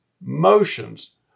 motions